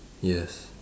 yes